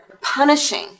Punishing